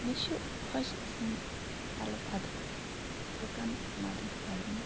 مےٚ چھِ خۄش گَژھان ہیلٕپ اَدٲرٕس لُکَن مَدد کَرُن